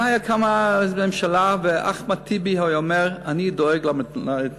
אם הייתה קמה ממשלה ואחמד טיבי היה אומר: אני דואג להתנחלויות.